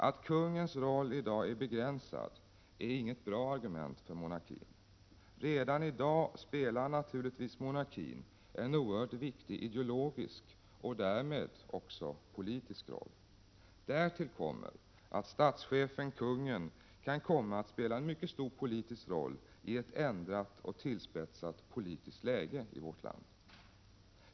Att kungens roll i dag är begränsad är inget bra argument för monarkin. Redan i dag spelar naturligtvis monarkin en oerhört viktig ideologisk och därmed också politisk roll. Därtill kommer att statschefen/ kungen kan komma att spela en mycket stor politisk roll i ett ändrat och tillspetsat politiskt läge i vårt land.